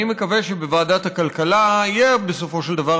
אני מקווה שבוועדת הכלכלה יהיה בסופו של דבר